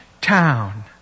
town